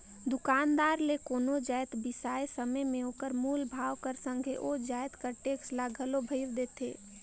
दुकानदार ले कोनो जाएत बिसाए समे में ओकर मूल भाव कर संघे ओ जाएत कर टेक्स ल घलो भइर देथे